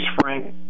Frank